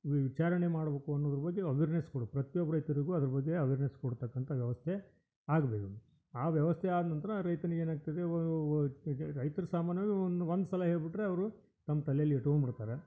ವಿಚಾರಣೆ ಮಾಡ್ಬೇಕು ಅನ್ನೋದ್ರ ಬಗ್ಗೆ ಅವೇರ್ನೆಸ್ ಕೊಡಿ ಪ್ರತಿಯೊಬ್ಬ ರೈತರಿಗೂ ಅದ್ರ ಬಗ್ಗೆ ಅವೇರ್ನೆಸ್ ಕೊಡತಕ್ಕಂಥ ವ್ಯವಸ್ಥೆ ಆಗ್ಬೇಕ್ ಆ ವ್ಯವಸ್ಥೆ ಆದ ನಂತರ ರೈತನಿಗೆ ಏನಾಗ್ತದೆ ರೈತ್ರು ಸಾಮಾನ್ಯವಾಗಿ ಒಂದು ಒಂದು ಸಲ ಹೇಳ್ಬಿಟ್ರೆ ಅವರು ತಮ್ಮ ತಲೇಲ್ಲಿ ಇಟ್ಕೊಂಬಿಡ್ತಾರೆ